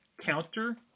counter